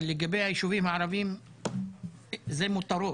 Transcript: אבל לגבי היישובים הערבים זה מותרות.